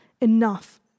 enough